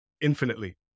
infinitely